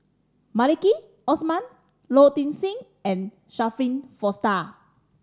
Maliki Osman Low Ing Sing and Shirin Fozdar